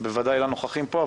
בוודאי לנוכחים פה,